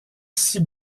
six